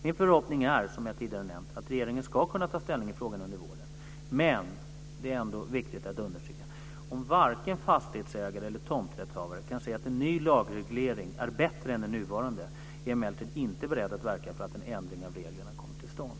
Min förhoppning är, som jag tidigare nämnt, att regeringen ska kunna ta ställning i frågan under våren. Men det är ändå viktigt att understryka, att om varken fastighetsägare eller tomträttshavare kan se att en ny reglering är bättre än den nuvarande är jag inte beredd att verka för att en ändring av reglerna kommer till stånd.